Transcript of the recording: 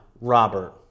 Robert